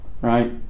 Right